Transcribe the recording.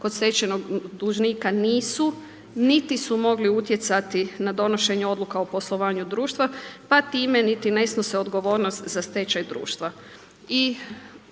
kod stečajnog dužnika nisu niti su mogli utjecati na donošenje odluka o poslovanju društva pa time niti ne snose odgovornost za stečaj društva.